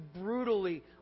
brutally